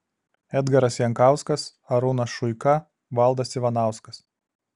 edgaras jankauskas arūnas šuika valdas ivanauskas